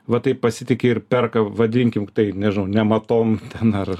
va taip pasitiki ir perka vadinkim tai nežinau nematom ten ar